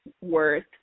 worth